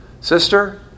sister